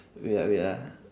wait ah wait ah